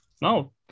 No